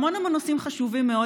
והמון המון נושאים חשובים מאוד,